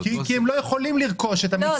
לא כי אין להם את החלופות.